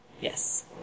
Yes